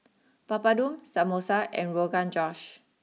Papadum Samosa and Rogan Josh